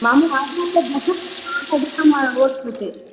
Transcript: मम आदाय दशलक्षादधिकमेव वर्तते